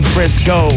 Frisco